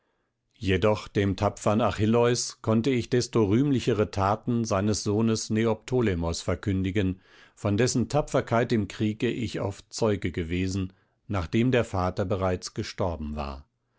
jedoch dem tapfern achilleus konnte ich desto rühmlichere thaten seines sohnes neoptolemos verkündigen von dessen tapferkeit im kriege ich oft zeuge gewesen nachdem der vater bereits gestorben war